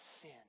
sin